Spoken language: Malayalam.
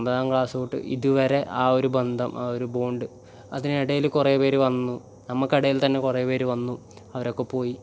ഒമ്പതാം ക്ലാസ് തൊട്ട് ഇതുവരെ ആ ഒരു ബന്ധം ആ ഒരു ബോണ്ട് അതിനിടയിൽ കുറേ പേർ വന്നു നമുക്കിടയിൽ തന്നെ കുറേ പേർ വന്നു അവരൊക്കെ പോയി